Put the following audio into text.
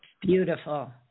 Beautiful